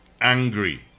angry